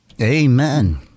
Amen